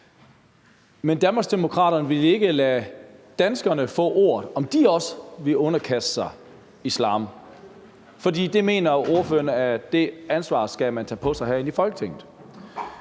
Men Danmarksdemokraterne vil ikke lade danskerne få ordet, i forhold til om de også vil underkaste sig islam, for det ansvar mener ordføreren at man skal tage på sig herinde i Folketinget.